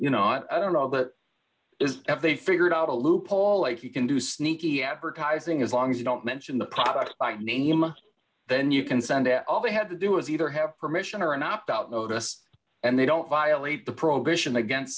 you know i don't know but is f they figured out a loophole if you can do sneaky advertising as long as you don't mention the product by name then you can send out all they have to do is either have permission or an opt out notice and they don't violate the probation against